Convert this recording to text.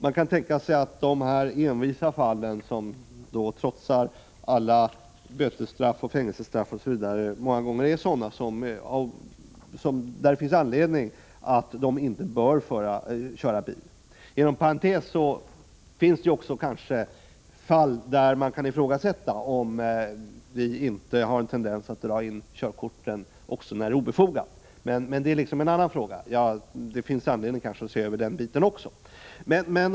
Man kan tänka sig att de envisa fallen — de där man trotsar alla bötesstraff, fängelsestraff osv. — många gånger gäller just personer som av någon anledning inte bör köra bil. Inom parentes vill jag säga att det också finns fall som gör att man kan ifrågasätta om det ubte finns en tendens att dra in körkorten också när det är obefogat, men det är en annan fråga; det finns kanske anledning att se över också den.